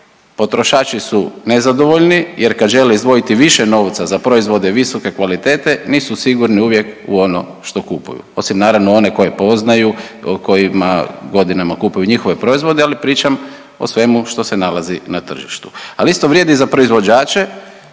potrošači su nezadovoljni, jer kad žele izdvojiti više novca za proizvode visoke kvalitete nisu sigurni uvijek u ono to kupuju osim naravno one koje poznaju, kojima godinama kupuju njihove proizvode, ali pričam o svemu što se nalazi na tržištu. Ali isto vrijedi i za proizvođače